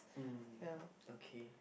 mm okay